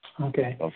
Okay